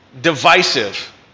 divisive